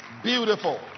beautiful